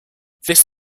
this